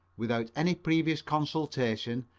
without any previous consultation,